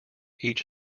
each